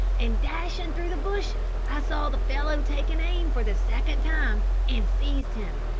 and dashing through the bushes, i saw the fellow taking aim for the second time, and seized him.